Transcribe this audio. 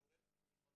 הוא גורם לעיוורון.